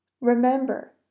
Remember